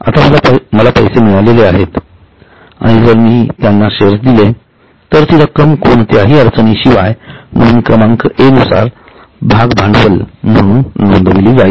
आता मला पैसे मिळाले आहेत आणि जर मी त्यांना शेअर्स दिले तर ती रक्कम कोणत्याही अडचणी शिवाय नोंद क्रमांक ए नुसार भाग भांडवल म्हणून नोंदविली जाईल